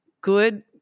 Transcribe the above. good